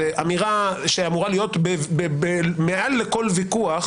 זו אמירה שאמורה להיות מעל לכל ויכוח